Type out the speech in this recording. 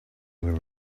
were